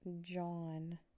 John